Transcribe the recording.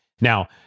Now